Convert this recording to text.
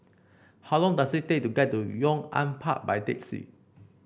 how long does it take to get to Yong An Park by taxi